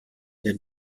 den